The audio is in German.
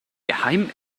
geheim